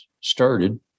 started